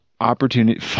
Opportunity